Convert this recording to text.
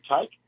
take